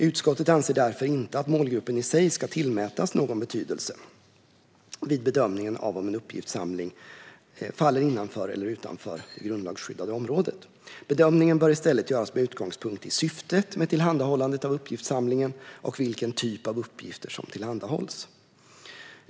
Utskottet anser därför inte att målgruppen i sig ska tillmätas någon betydelse vid bedömningen av om en uppgiftssamling faller innanför eller utanför det grundlagsskyddade området. Bedömningen bör i stället göras med utgångspunkt i syftet med tillhandahållandet av uppgiftssamlingen och vilken typ av uppgifter som tillhandahålls.